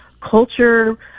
culture